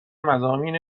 مضامین